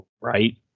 right